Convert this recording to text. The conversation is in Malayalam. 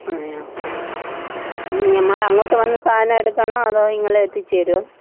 അതെയോ നമ്മൾ അങ്ങോട്ട് വന്ന് സാധനം എടുക്കണോ അതോ നിങ്ങൾ എത്തിച്ചു തരുമോ